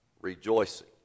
rejoicing